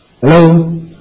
Hello